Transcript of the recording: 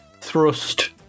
thrust